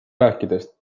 rääkides